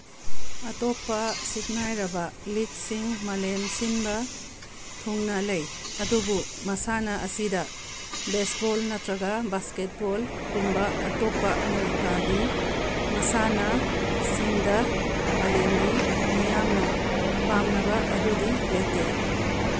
ꯑꯇꯣꯞꯄ ꯁꯛꯅꯥꯏꯔꯕ ꯂꯤꯛꯁꯤꯡ ꯃꯥꯂꯦꯝ ꯁꯤꯟꯕ ꯊꯨꯡꯅ ꯂꯩ ꯑꯗꯨꯕꯨ ꯃꯁꯥꯟꯅ ꯑꯁꯤꯗ ꯕꯦꯁꯕꯣꯜ ꯅꯠꯇ꯭ꯔꯒ ꯕꯥꯁꯀꯦꯠꯕꯣꯜꯒꯨꯝꯕ ꯑꯇꯣꯞꯄ ꯑꯃꯦꯔꯤꯀꯥꯒꯤ ꯃꯁꯥꯟꯅꯁꯤꯡꯗ ꯃꯥꯂꯦꯝꯒꯤ ꯃꯤꯌꯥꯝꯅ ꯄꯥꯝꯅꯕ ꯑꯗꯨꯗꯤ ꯂꯩꯇꯦ